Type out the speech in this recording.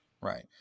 right